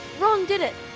ron did it,